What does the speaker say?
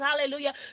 Hallelujah